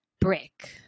Brick